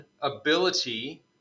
ability